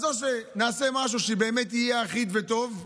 אז או שנעשה משהו שבאמת יהיה אחיד וטוב,